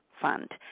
fund